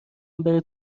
بره